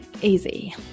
Easy